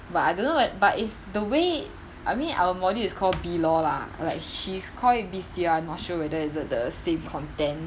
but I don't know leh but is the way I mean our module is call B law lah like she call it B_C_L I not sure whether is it the same content